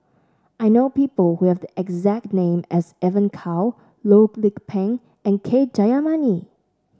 I know people who have the exact name as Evon Kow Loh Lik Peng and K Jayamani